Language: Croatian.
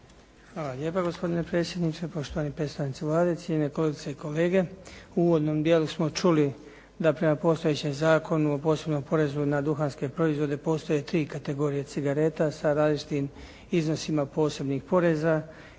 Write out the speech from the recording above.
Hvala lijepa gospodine predsjedniče, poštovani predstavnici Vlade, cijenjene kolegice i kolege. U uvodnom dijelu smo čuli da prema postojećem zakonu o posebnom porezu na duhanske proizvode postoje tri kategorije cigareta sa različitim iznosima posebnih poreza